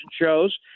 shows